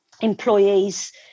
employees